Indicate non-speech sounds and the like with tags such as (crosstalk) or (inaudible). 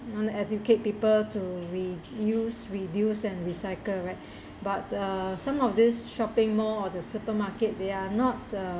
want to educate people to reuse reduce and recycle right (breath) but uh some of these shopping mall or the supermarket they are not um